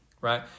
right